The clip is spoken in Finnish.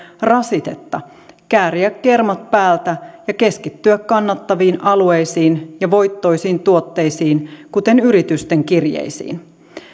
rasitetta kääriä kermat päältä ja keskittyä kannattaviin alueisiin ja voittoisiin tuotteisiin kuten yritysten kirjeisiin